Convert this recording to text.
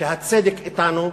שהצדק אתנו,